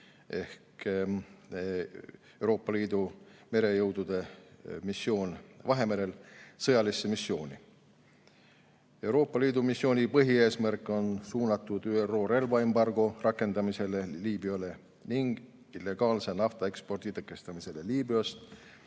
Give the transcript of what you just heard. ehk Euroopa Liidu merejõudude missioon Vahemerel sõjalisse missiooni. Euroopa Liidu missiooni põhieesmärk on suunatud ÜRO relvaembargo rakendamisele Liibüale ning illegaalse naftaekspordi tõkestamisele Liibüast,